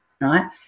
right